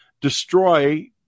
destroy